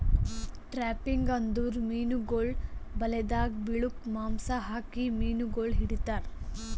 trapping ಅಂದುರ್ ಮೀನುಗೊಳ್ ಬಲೆದಾಗ್ ಬಿಳುಕ್ ಮಾಂಸ ಹಾಕಿ ಮೀನುಗೊಳ್ ಹಿಡಿತಾರ್